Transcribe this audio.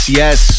yes